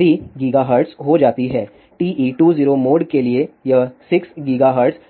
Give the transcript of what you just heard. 3 gigahertz हो जाती है TE20 मोड के लिए यह 6 गीगाहर्ट्ज़ है